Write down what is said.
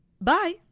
Bye